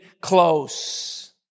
close